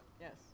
Yes